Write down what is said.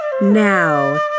Now